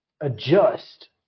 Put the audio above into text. adjust